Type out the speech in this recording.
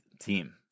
team